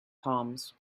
palms